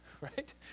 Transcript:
right